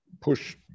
push